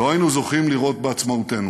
לא היינו זוכים לראות בעצמאותנו.